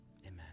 amen